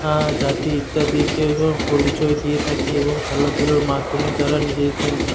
জাতি ইত্যাদিকেও পরিচয় দিয়ে থাকে এবং খেলাধুলোর মাধ্যমে তারা নিজের জন্য